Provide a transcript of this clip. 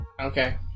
Okay